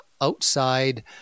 outside